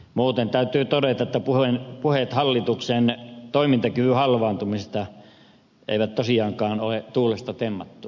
muuten täytyy todeta että puheet hallituksen toimintakyvyn halvaantumisesta eivät tosiaankaan ole tuulesta temmattuja